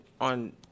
on